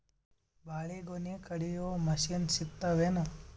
ಬಾಳಿಗೊನಿ ಕಡಿಯು ಮಷಿನ್ ಸಿಗತವೇನು?